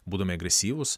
būdami agresyvūs